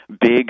big